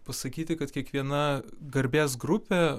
pasakyti kad kiekviena garbės grupė